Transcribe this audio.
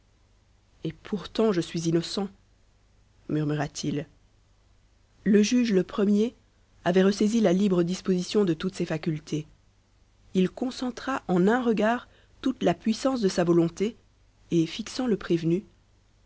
et pourtant je suis innocent murmura-t-il le juge le premier avait ressaisi la libre disposition de toutes ses facultés il concentra en un regard toute la puissance de sa volonté et fixant le prévenu